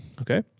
Okay